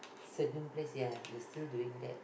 certain place ya they still doing that